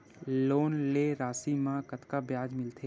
Loan के राशि मा कतका ब्याज मिलथे?